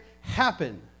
happen